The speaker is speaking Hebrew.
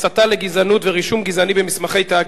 הסתה לגזענות ורישום גזעני במסמכי תאגיד,